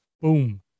Boom